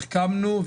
החכמנו,